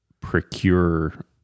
procure